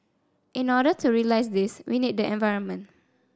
in order to realise this we need the environment